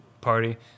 party